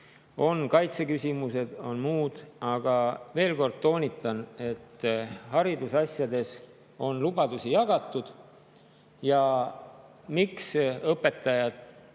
On kaitseküsimused, on muud. Aga veel kord toonitan, et haridusasjades on lubadusi jagatud ja põhjus, miks õpetajad